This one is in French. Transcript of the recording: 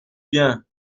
bien